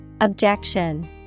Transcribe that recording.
Objection